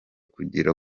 kugera